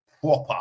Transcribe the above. proper